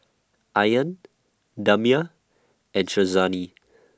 Aryan Damia and Syazwani